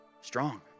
strong